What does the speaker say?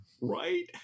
Right